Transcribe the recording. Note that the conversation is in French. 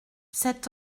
cet